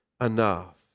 enough